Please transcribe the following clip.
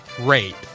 rate